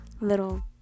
little